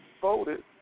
voted